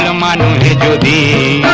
so money the